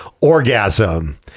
orgasm